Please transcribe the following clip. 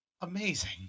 Amazing